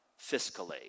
fiscally